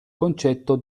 concetto